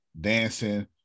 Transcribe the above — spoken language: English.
dancing